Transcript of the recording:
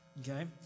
okay